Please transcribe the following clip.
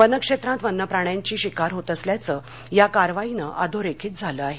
वनक्षेत्रात वन्यप्राण्यांची शिकार होत असल्याचे या कारवाईने अधोरेखित झाले आहे